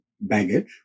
baggage